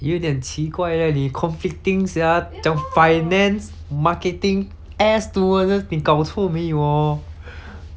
有一点奇怪 leh 你 conflicting sia 讲 finance marketing air stewardess 你搞错没有哦